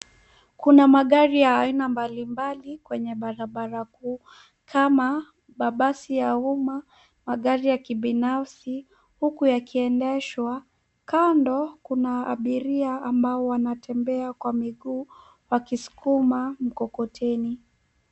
Kuna magari ya aina mbalimbali kwenye barabara kuu kama mabasi ya umma, magari ya kibinafsi huku yakiendeshwa. Kando kuna abiria ambao wanatembea kwa miguu wakisukuma mkokoteni.